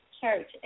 church